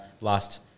last